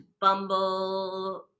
Bumble